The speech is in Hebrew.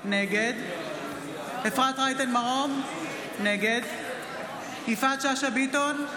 נגד אפרת רייטן מרום, נגד יפעת שאשא ביטון,